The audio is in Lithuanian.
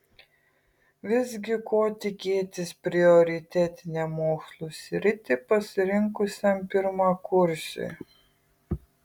visgi ko tikėtis prioritetinę mokslų sritį pasirinkusiam pirmakursiui